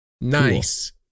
Nice